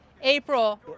April